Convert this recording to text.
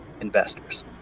investors